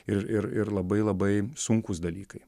ir ir ir labai labai sunkūs dalykai